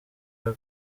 ari